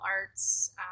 arts